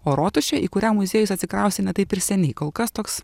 o rotušė į kurią muziejus atsikraustė ne taip ir seniai kol kas toks